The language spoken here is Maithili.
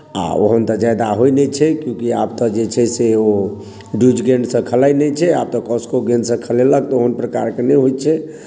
आ ओहन तऽ ज्यादा होइत नहि छै क्योंकि आब तऽ जे छै से ओ ड्यूज गेंदसँ खेलाइत नहि छै आब तऽ कोस्को गेंदसँ खेलेलक तऽ ओहन प्रकारके नहि होइत छै